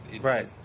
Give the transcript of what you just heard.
Right